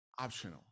optional